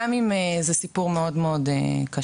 גם אם זה סיפור מאוד קשה.